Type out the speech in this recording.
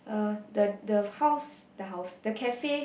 uh the the house the house the cafe